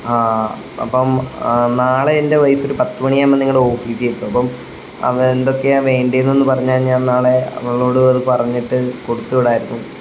ആ അപ്പം നാളെ എൻ്റെ വൈഫ് ഒരു പത്ത് മണിയാകുമ്പോൾ നിങ്ങളുടെ ഓഫീസിൽ എത്തും അപ്പം അത് എന്തൊക്കെയാണ് വേണ്ടിയത് എന്നൊന്ന് പറഞ്ഞാൽ ഞാൻ നാളെ അവളോടും അത് പറഞ്ഞിട്ട് കൊടുത്ത് വിടായിരുന്നു